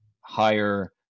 higher